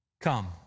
Come